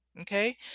okay